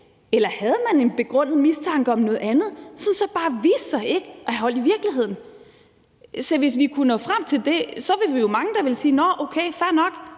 Eller havde man en begrundet mistanke om noget andet, som så bare viste sig ikke at have hold i virkeligheden? Se, hvis vi kunne nå frem til det, så ville vi jo være mange, der ville sige: Nå, okay, fair nok,